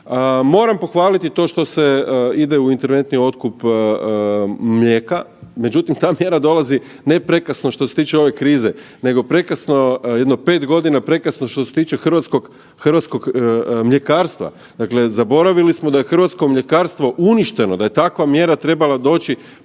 Moram pohvaliti to što se ide u interventni otkup mlijeka, međutim ta mjera dolazi ne prekasno što se tiče ove krize, nego prekasno jedno 5 godina prekasno što se tiče hrvatskog mljekarstva. Dakle, zaboravili smo da je hrvatsko mljekarstvo uništeno, da je takva mjera trebala doći